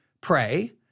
pray